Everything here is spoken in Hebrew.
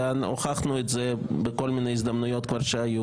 והוכחנו את זה בכל מיני הזדמנויות שהיו,